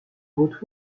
woot